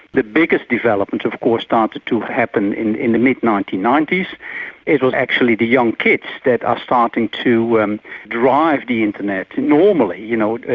the biggest development of course started to happen in in the mid nineteen ninety s. it was actually the young kids that are starting to and drive the internet. normally, you know,